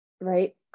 right